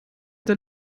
den